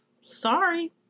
Sorry